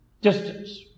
distance